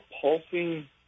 pulsing